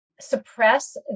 suppress